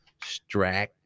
Strack